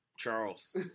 Charles